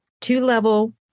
two-level